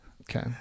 Okay